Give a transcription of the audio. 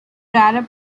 radar